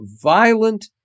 violent